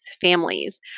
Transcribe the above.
families